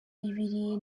bibiri